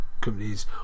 companies